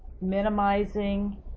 Minimizing